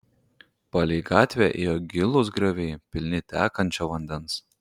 palei gatvę ėjo gilūs grioviai pilni tekančio vandens